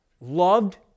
loved